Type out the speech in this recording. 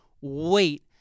wait